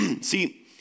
See